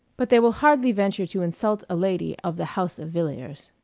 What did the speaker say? but they will hardly venture to insult a lady of the house of villiers.